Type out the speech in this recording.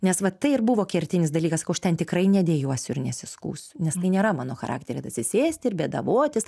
nes va tai ir buvo kertinis dalykas sakau aš ten tikrai nedejuosiu ir nesiskųsiu nes tai nėra mano charakteris atsisėsti ir bėdavotis